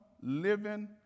living